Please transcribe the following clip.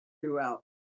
throughout